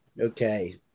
Okay